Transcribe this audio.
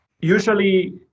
usually